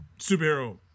superhero